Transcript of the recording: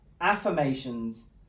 affirmations